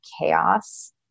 chaos